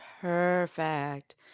Perfect